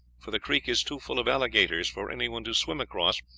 for the creek is too full of alligators for anyone to swim across,